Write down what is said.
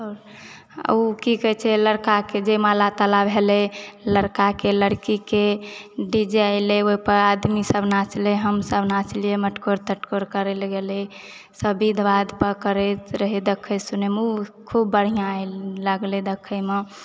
उऽ कि कहेछै लड़का कऽ जऽ माला ताला भेलए लड़काके लड़कीके डी जे अयलै ओहिपर आदमी सब नाचलै हमसभ नाचलियै मटकोर तटकोर करै लए गेलियै सब विधवाद पकड़ैत रहै देखै सुनैमे ओ खूब बढ़िऑं लागले देखयमे